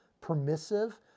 permissive